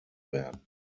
werden